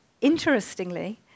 Interestingly